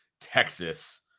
Texas